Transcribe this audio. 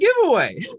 giveaway